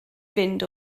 fynd